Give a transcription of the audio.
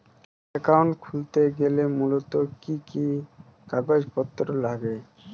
Account খুলতে গেলে মূলত কি কি কাগজপত্র লাগে?